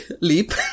leap